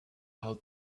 how